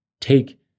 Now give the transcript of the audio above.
take